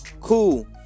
cool